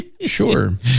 Sure